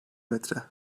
metre